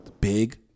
big